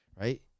right